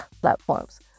platforms